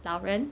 老人